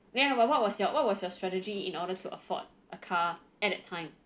ya what what was your what was your strategy in order to afford a car at that time